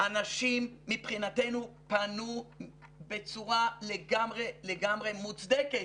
אנשים מבחינתנו פנו בצורה לגמרי מוצדקת.